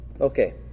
Okay